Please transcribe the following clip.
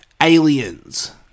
Aliens